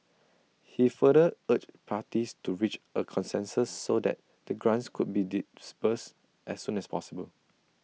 he further urged parties to reach A consensus so that the grants could be disbursed as soon as possible